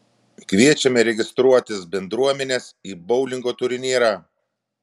kviečiame registruotis bendruomenes į boulingo turnyrą